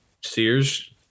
Sears